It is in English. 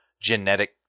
genetic